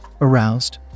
aroused